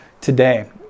today